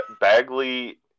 Bagley